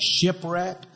shipwreck